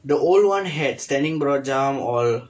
the old [one] had standing broad jump all